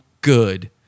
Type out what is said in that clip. good